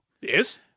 Yes